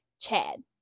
Chad